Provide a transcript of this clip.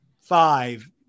five